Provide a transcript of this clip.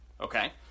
okay